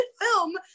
film